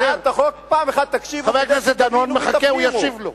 חבר הכנסת דנון מחכה, הוא ישיב לו.